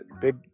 Big